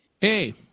Hey